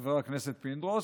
חבר הכנסת פינדרוס.